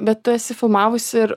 bet tu esi filmavusi ir